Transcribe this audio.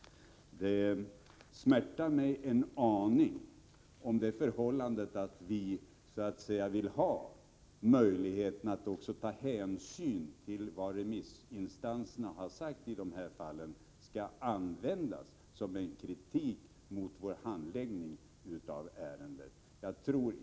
Det smärtar mig en aning om det förhållandet att vi vill ha möjlighet att också ta hänsyn till vad remissinstanserna sagt i detta fall skall användas som kritik mot vår handläggning av ärendet.